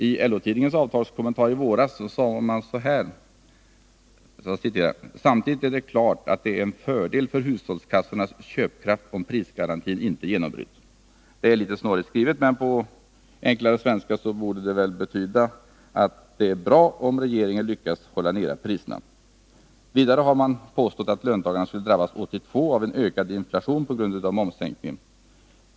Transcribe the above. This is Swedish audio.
I LO-tidningens avtalskommentarer i våras sade man så är: ”Samtidigt är det klart att det är en fördel för hushållskassornas köpkraft om prisgarantin inte genombryts.” Det är litet snårigt skrivet, men på enklare svenska borde det betyda att det är bra om regeringen lyckas hålla nere priserna. Vidare har man påstått att löntagarna 1982 skulle drabbas av en ökad inflation på grund av momssänkningen.